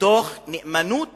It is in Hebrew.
מתוך נאמנות